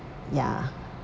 ya